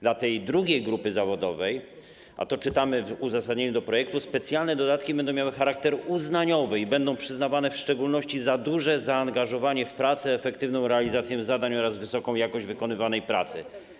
Dla tej drugiej grupy zawodowej, o tym czytamy w uzasadnieniu projektu, specjalne dodatki będą miały charakter uznaniowy i będą przyznawane w szczególności za duże zaangażowanie w pracę, efektywną realizację zadań oraz wysoką jakość wykonywanej pracy.